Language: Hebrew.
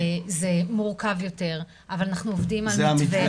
זה מורכב יותר, אבל אנחנו עובדים על מתווה.